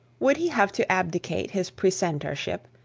would he have to abdicate his precentorship,